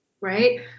right